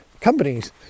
companies